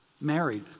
married